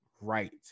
right